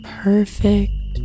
perfect